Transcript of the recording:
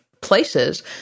places –